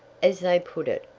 as they put it,